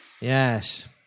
yes